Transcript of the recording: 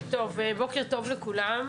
בוקר טוב לכולם.